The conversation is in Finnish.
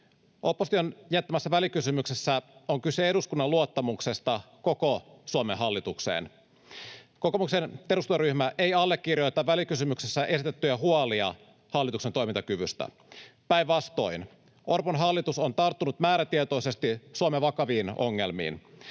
Opposition jättämässä välikysymyksessä on kyse eduskunnan luottamuksesta koko Suomen hallitukseen. Kokoomuksen eduskuntaryhmä ei allekirjoita välikysymyksessä esitettyjä huolia hallituksen toimintakyvystä — päinvastoin. Orpon hallitus on tarttunut määrätietoisesti Suomen vakaviin ongelmiin.